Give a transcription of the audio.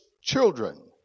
children